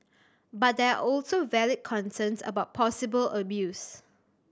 but there are also valid concerns about possible abuse